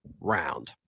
round